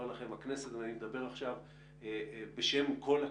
ואני מדבר עכשיו בשם כל הכנסת,